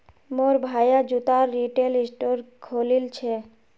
मोर भाया जूतार रिटेल स्टोर खोलील छ